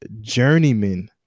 journeyman